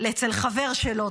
אצל חבר שלו,